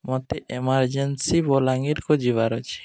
ମୋତେ ଏମର୍ଜେନ୍ସି ବଲାଙ୍ଗୀରକୁ ଯିବାର ଅଛି